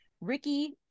Ricky